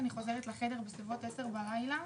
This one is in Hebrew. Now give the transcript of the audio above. בסביבות עשר בלילה,